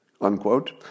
unquote